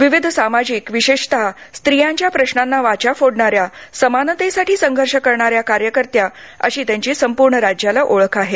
विविध सामाजिक विशेषतः स्त्रियांच्या प्रशांना वाचा फोडणाऱ्या समानतेसाठी संघर्ष करणाऱ्या कार्यकर्त्या अशी त्यांची संपूर्ण राज्याला ओळख आहे